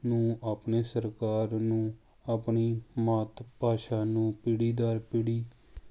ਨੂੰ ਆਪਣੇ ਸਰਕਾਰ ਨੂੰ ਆਪਣੀ ਮਾਤ ਭਾਸ਼ਾ ਨੂੰ ਪੀੜੀ ਦਰ ਪੀੜੀ